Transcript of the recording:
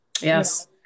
Yes